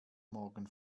morgen